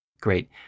Great